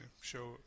show